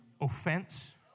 offense